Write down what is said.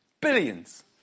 Billions